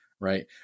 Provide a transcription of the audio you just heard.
Right